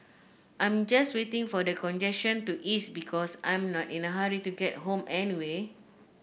I'm just waiting for the congestion to ease because I'm not in a hurry to get home anyway